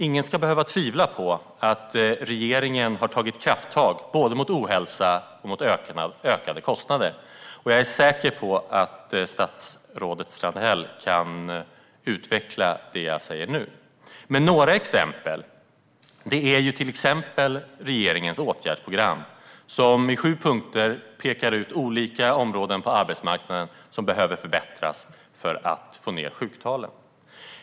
Ingen ska behöva tvivla på att regeringen har tagit krafttag mot både ohälsa och ökade kostnader. Jag är säker på att statsrådet Strandhäll kan utveckla det jag säger nu. Ett exempel är regeringens åtgärdsprogram. I sju punkter pekas olika områden på arbetsmarknaden ut som behöver förbättras för att få ned sjuktalen.